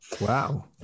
Wow